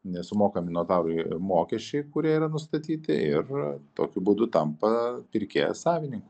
sumokami notarui mokesčiai kurie yra nustatyti ir tokiu būdu tampa pirkėjas savininku